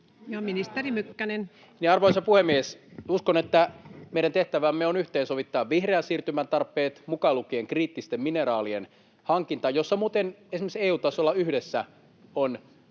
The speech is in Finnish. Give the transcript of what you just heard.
Content: Arvoisa puhemies! Uskon, että meidän tehtävämme on yhteensovittaa vihreän siirtymän tarpeet mukaan lukien kriittisten mineraalien hankinta — jossa muuten esimerkiksi EU-tasolla yhdessä on